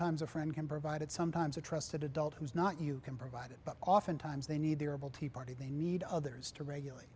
times a friend can provide it sometimes a trusted adult who's not you can provide it but often times they need the herbal tea party they need others to regularly